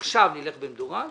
עכשיו נלך במדורג,